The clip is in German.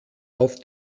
auf